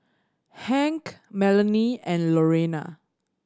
Hank Melonie and Lorena